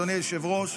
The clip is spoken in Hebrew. אדוני היושב-ראש.